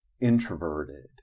introverted